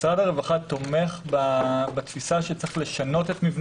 משרד הרווחה תומך בתפיסה שצריך לשנות את מבנה